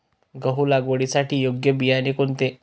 गहू लागवडीसाठी योग्य बियाणे कोणते?